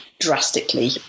drastically